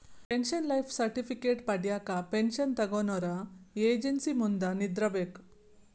pension life certificate ಪಡ್ಯಾಕ pension ತೊಗೊನೊರ agency ಮುಂದ ನಿಂದ್ರಬೇಕ್